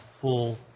full